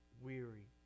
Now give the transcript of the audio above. weary